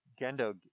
Gendo